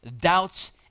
doubts